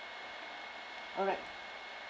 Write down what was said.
alright